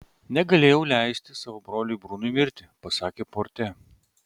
negalėjau leisti savo broliui brunui mirti pasakė porte